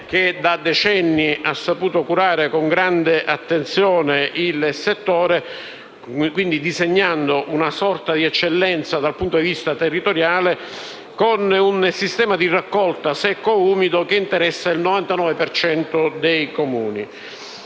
che da decenni ha saputo curare con grande attenzione il settore, disegnando quindi una sorta di eccellenza dal punto di vista territoriale, con un sistema di raccolta secco-umido che interessa il 99 per cento